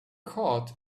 heart